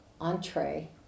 entree